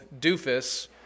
doofus